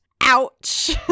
Ouch